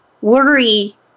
worry